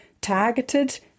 targeted